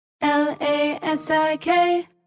L-A-S-I-K